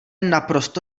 naprosto